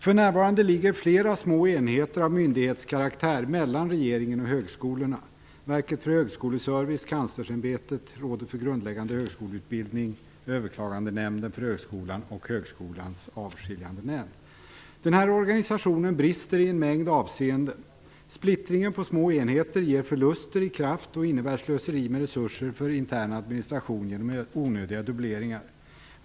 För närvarande ligger flera små enheter av myndighetskaraktär mellan regeringen och högskolorna: Verket för högskoleservice, Kanslersämbetet, Rådet för grundläggande högskoleutbildning, Överklagandenämnden för högskolan och Högskolans avskiljande nämnd. Denna organisation brister i en mängd avseenden. Splittringen på små enheter ger förluster i kraft och innebär slöseri med resurser för intern administration genom onödiga dubbleringar.